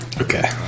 Okay